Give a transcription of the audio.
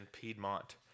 Piedmont